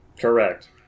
correct